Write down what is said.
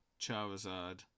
Charizard